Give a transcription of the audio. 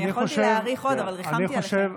אני יכולתי להאריך עוד, אבל ריחמתי עליכם.